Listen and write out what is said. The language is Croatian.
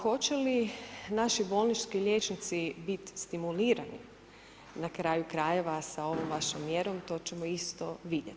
Hoće li naši bolnički liječnici bit stimulirani na kraju krajeva sa ovom vašom mjerom, to ćemo isto vidjet.